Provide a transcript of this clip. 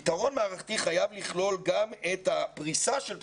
פתרון מערכתי חייב לכלול גם את הפריסה של הפסיכולוגים.